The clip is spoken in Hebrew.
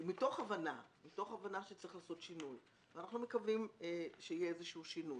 - מתוך הבנה שצריך לעשות שינוי - אנחנו מקווים שיהיה איזשהו שינוי.